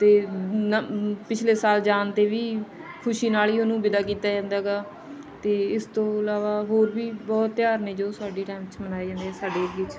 ਅਤੇ ਨਵ ਪਿਛਲੇ ਸਾਲ ਜਾਣ 'ਤੇ ਵੀ ਖੁਸ਼ੀ ਨਾਲ ਹੀ ਉਹਨੂੰ ਵਿਦਾ ਕੀਤਾ ਜਾਂਦਾ ਹੈਗਾ ਅਤੇ ਇਸ ਤੋਂ ਇਲਾਵਾ ਹੋਰ ਵੀ ਬਹੁਤ ਤਿਉਹਾਰ ਨੇ ਜੋ ਸਾਡੀ ਟਾਈਮ 'ਚ ਮਨਾਈ ਜਾਂਦੇ ਸਾਡੇ ਏਰੀਏ ਵਿੱਚ